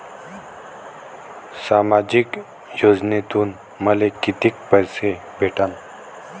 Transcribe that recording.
सामाजिक योजनेतून मले कितीक पैसे भेटन?